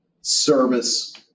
service